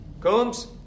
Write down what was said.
Combs